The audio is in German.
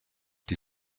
die